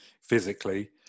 physically